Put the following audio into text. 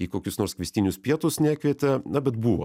į kokius nors kviestinius pietus nekvietė na bet buvo